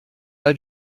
ein